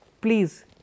please